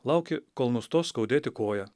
lauki kol nustos skaudėti koją